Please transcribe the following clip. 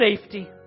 safety